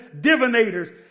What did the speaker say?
divinators